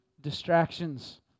distractions